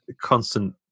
constant